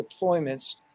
Deployments